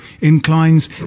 inclines